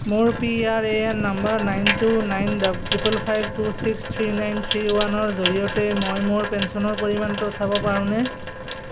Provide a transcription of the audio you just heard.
মোৰ P R A N number nine two nine triple five two six three nine three ওৱানৰ জৰিয়তে মই মোৰ পেঞ্চনৰ পৰিমাণটো চাব পাৰোনে